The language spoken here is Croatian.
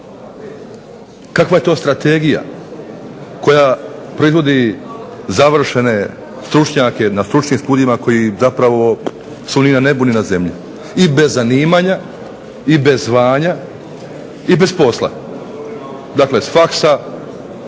Kakva je to strategija koja proizvodi završene stručnjake na stručnim studijima koji zapravo su ni na nebu, ni na zemlji, i bez zanimanja, i bez zvanja, i bez posla. Dakle, s faksa